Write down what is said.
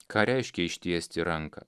ką reiškia ištiesti ranką